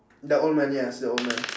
the old man yes the old man